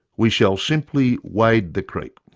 we shall simply wade the creek!